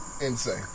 Insane